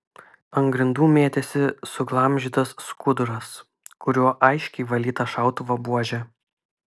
ant grindų mėtėsi suglamžytas skuduras kuriuo aiškiai valyta šautuvo buožė